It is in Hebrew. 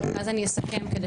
ואז אני אסכם.